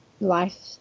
life